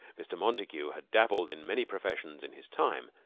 mr. montague had dabbled in many professions in his time,